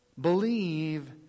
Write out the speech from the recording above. Believe